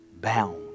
bound